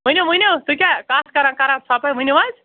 ؤنِو ؤنِو تُہۍ کیٛاہ کَتھ کَران کران ژھۄپے ؤنِو حظ